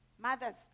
mothers